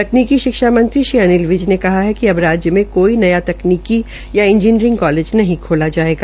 तकनीकी शिक्षा मंत्री श्री अनिल विज ने कहा है कि अब राज्य में कोई नया तकनीकी या इंजीनियरिंग कालेज नहीं खोला जायेगा